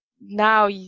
now